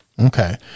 Okay